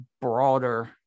broader